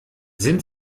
sind